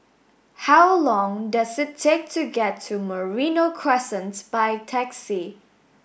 how long does it take to get to Merino Crescent by taxi